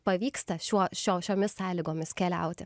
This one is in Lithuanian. pavyksta šiuo šiomis sąlygomis keliauti